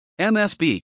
MSB